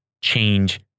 change